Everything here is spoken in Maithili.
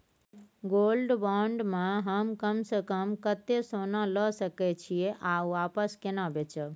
गोल्ड बॉण्ड म हम कम स कम कत्ते सोना ल सके छिए आ वापस केना बेचब?